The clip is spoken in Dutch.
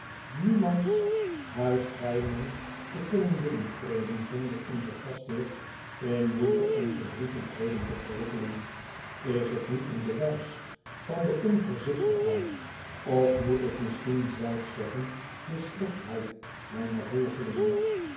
niemands huis schijnen te kunnen binnentreden zonder onzen gastheer in moeite en verdrietelijkheden te verwikkelen is het niet een bewijs van de onvoorzichtigheid of moet ik misschien zelfs zeggen de slechtheid mijner volgelingen